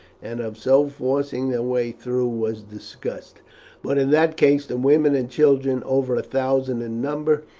and of so forcing their way through was discussed but in that case the women and children, over a thousand in number,